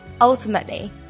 Ultimately